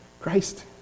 Christ